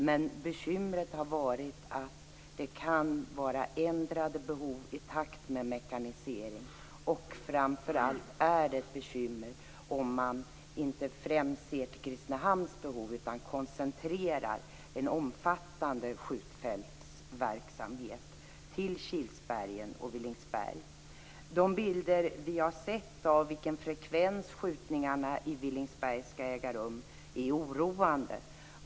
Men bekymret har varit att behoven kan ändras i takt med mekaniseringen, och framför allt är det ett bekymmer om man inte främst ser till Kristinehamns behov utan koncentrerar en omfattande skjutfältsverksamhet till Kilsbergen och Villingsberg. De bilder vi fått se av i vilken omfattning skjutningarna i Villingsberg skall äga rum är oroande.